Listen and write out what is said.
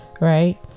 right